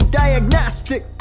diagnostic